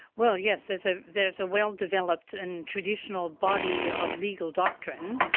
well yes, there's ah there's a well-developed and traditional body of legal doctrine,